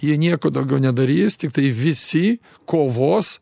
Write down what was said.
jie nieko daugiau nedarys tiktai visi kovos